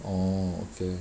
oh okay